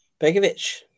Begovic